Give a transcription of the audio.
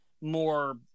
more